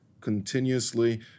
continuously